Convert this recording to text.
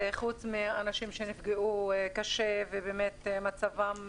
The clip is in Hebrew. זה חוץ מאנשים שנפגעו קשה ובאמת מצבם,